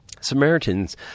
Samaritans